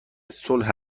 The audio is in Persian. صلح